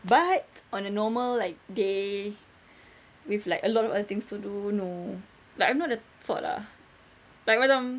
but on a normal like day with like a lot of other things to do no like I'm not the sort lah like macam